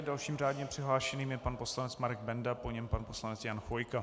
Dalším řádně přihlášeným je pan poslanec Marek Benda, po něm pan poslanec Jan Chvojka.